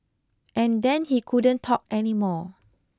and then he couldn't talk anymore